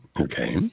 Okay